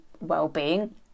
well-being